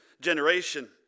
generation